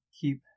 keep